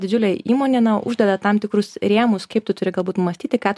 didžiulė įmonė uždeda tam tikrus rėmus kaip tu turi galbūt mąstyti ką